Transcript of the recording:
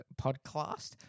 Podcast